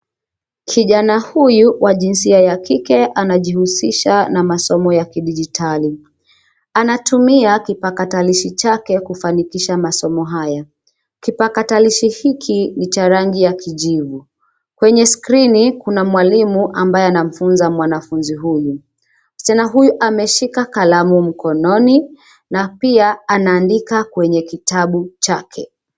Kijana huyu wa jinsia ya kike anajihusisha na masomo ya kidigitali anatumia kipakatilishi chake kufanikisha masomo haya kipakatalishi hiki ni cha rangi ya kijivu kwenye skrini kuna mwalimu ambaye anayemfunza mwanafunzi huyu. Msichana huyu ameshika kalamu mkononi na pia anaandika kwenye kitabu chake.